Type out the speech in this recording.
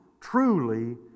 Truly